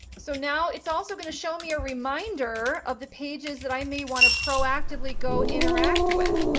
so now it's also going to show me a reminder of the pages that i may want to proactively go interact with.